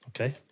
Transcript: Okay